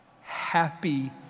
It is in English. happy